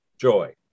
joy